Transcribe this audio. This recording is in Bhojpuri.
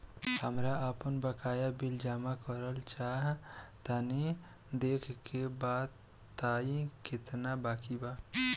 हमरा आपन बाकया बिल जमा करल चाह तनि देखऽ के बा ताई केतना बाकि बा?